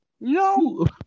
no